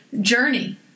journey